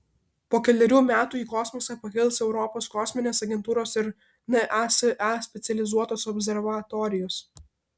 po kelerių metų į kosmosą pakils europos kosminės agentūros ir nasa specializuotos observatorijos